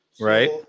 Right